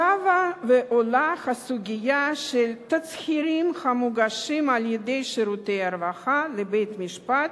שבה ועולה הסוגיה של תצהירים המוגשים על-ידי שירותי הרווחה לבית-המשפט